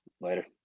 Later